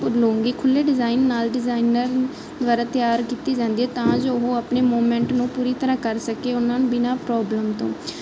ਲੂੰਗੀ ਖੁੱਲ੍ਹੇ ਡਿਜ਼ਾਇਨ ਨਾਲ ਡਿਜ਼ਾਇਨਰ ਦੁਆਰਾ ਤਿਆਰ ਕੀਤੀ ਜਾਂਦੀ ਤਾਂ ਜੋ ਉਹ ਆਪਣੇ ਮੂਵਮੈਂਟ ਨੂੰ ਪੂਰੀ ਤਰ੍ਹਾਂ ਕਰ ਸਕੇ ਉਹਨਾਂ ਨੂੰ ਬਿਨਾਂ ਪ੍ਰੋਬਲਮ ਤੋਂ